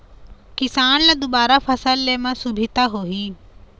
किसान ल दुबारा फसल ले म सुभिता होही